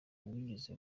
wigeze